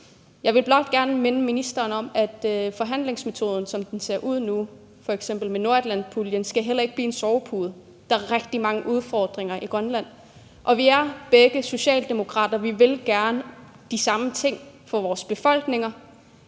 Jeg vil blot gerne minde ministeren om, at forhandlingsmetoden, som den ser ud nu, f.eks. med nordatlantpuljen, heller ikke skal blive en sovepude. For der er rigtig mange udfordringer i Grønland, og vi er begge socialdemokrater, og vi vil gerne de samme ting for vores befolkninger,